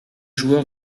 joueur